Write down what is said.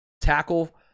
tackle